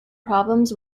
problems